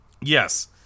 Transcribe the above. Yes